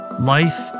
Life